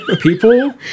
people